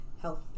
health